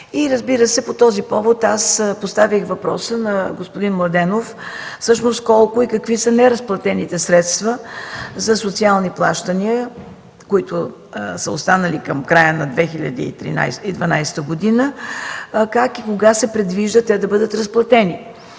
средства. По този повод поставих въпроса на господин Младенов: всъщност колко и какви са неразплатените средства за социални плащания, които са останали към края на 2012 г.? Как и кога се предвижда те да бъдат разплатени?